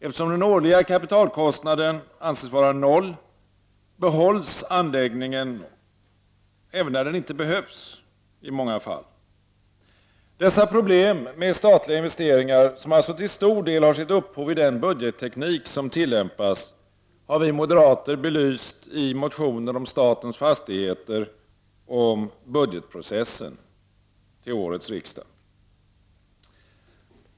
Eftersom den årliga kapitalkostnaden anses vara noll, behålls anläggningen i många fall även när den inte behövs. Dessa problem med statliga investeringar, som alltså till stor del har sitt upphov i den budgetteknik som tillämpas, har vi moderater belyst i motioner om statens fastigheter och om budgetprocessen till årets riksdag.